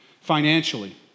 financially